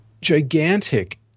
Gigantic